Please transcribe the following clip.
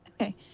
Okay